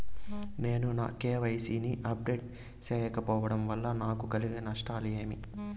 నేను నా కె.వై.సి ని అప్డేట్ సేయకపోవడం వల్ల నాకు కలిగే నష్టాలు ఏమేమీ?